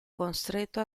costretto